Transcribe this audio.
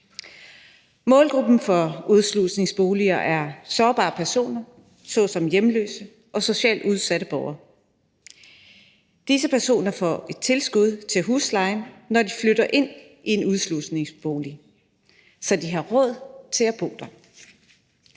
Målgruppen for udslusningsboliger er sårbare personer såsom hjemløse og socialt udsatte borgere. Disse personer får et tilskud til huslejen, når de flytter ind i en udslusningsbolig, så de har råd til at bo der.